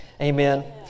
Amen